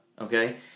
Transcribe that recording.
Okay